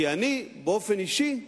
כי אני באופן אישי,